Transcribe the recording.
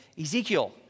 Ezekiel